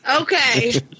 Okay